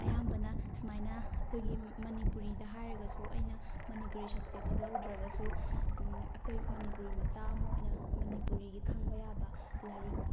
ꯑꯌꯥꯝꯕꯅ ꯁꯨꯃꯥꯏꯅ ꯑꯩꯈꯣꯏꯒꯤ ꯃꯅꯤꯄꯨꯔꯤꯗ ꯍꯥꯏꯔꯒꯁꯨ ꯑꯩꯅ ꯃꯅꯤꯄꯨꯔꯤ ꯁꯕꯖꯦꯛꯁꯦ ꯂꯧꯗ꯭ꯔꯒꯁꯨ ꯑꯩꯈꯣꯏ ꯃꯅꯤꯄꯨꯔꯤ ꯃꯆꯥ ꯑꯃ ꯑꯣꯏꯅ ꯃꯅꯤꯄꯨꯔꯤꯒꯤ ꯈꯪꯕ ꯌꯥꯕ ꯂꯥꯏꯔꯤꯛ